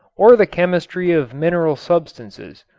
or the chemistry of mineral substances.